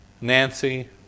Nancy